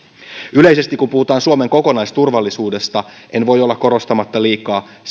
yleisesti kun puhutaan suomen kokonaisturvallisuudesta en voi olla korostamatta liikaa